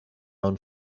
own